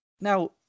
Now